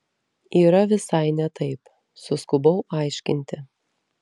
yra visai ne taip suskubau aiškinti